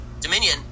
Dominion